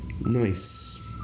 Nice